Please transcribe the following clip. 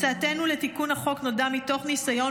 הצעתנו לתיקון החוק נולדה מתוך ניסיון